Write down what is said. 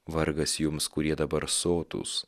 vargas jums kurie dabar sotūs